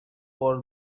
for